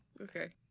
Okay